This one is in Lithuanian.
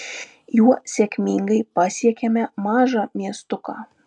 juo sėkmingai pasiekėme mažą miestuką